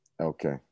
Okay